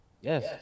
Yes